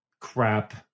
crap